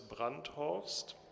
Brandhorst